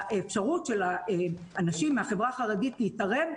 ואפשרות של האנשים מהחברה החרדית להתערב,